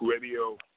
Radio